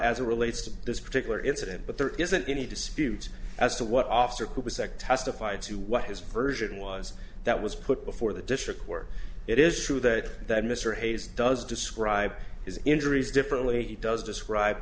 a relates to this particular incident but there isn't any dispute as to what officer who was testified to what his version was that was put before the district where it is true that that mr hayes does describe his injuries differently he does describe